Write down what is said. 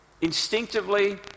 instinctively